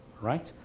right.